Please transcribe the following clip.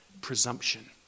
presumption